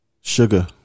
Sugar